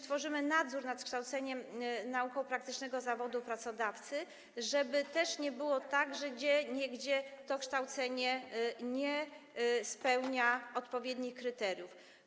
Tworzymy też nadzór nad kształceniem, nauką praktyczną zawodu u pracodawcy, żeby nie było tak, że gdzieniegdzie to kształcenie nie spełnia odpowiednich kryteriów.